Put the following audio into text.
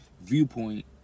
viewpoint